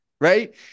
right